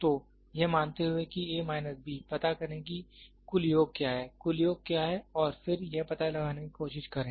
तो यह मानते हुए कि A माइनस B पता करें कि कुल योग क्या है कुल योग क्या है और फिर यह पता लगाने की कोशिश करें